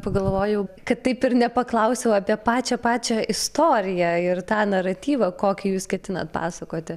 pagalvojau kad taip ir nepaklausiau apie pačią pačią istoriją ir tą naratyvą kokį jūs ketinat pasakoti